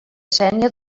sénia